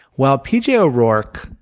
well, p j. o'rourke,